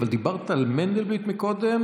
אבל דיברת על מנדלבליט קודם,